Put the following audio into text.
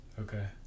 Okay